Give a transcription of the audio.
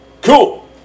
Cool